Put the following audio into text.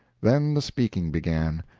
then the speaking began,